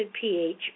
pH